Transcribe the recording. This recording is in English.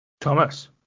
Thomas